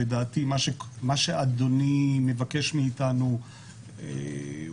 לדעתי, מה שאדוני מבקש מאיתנו הוא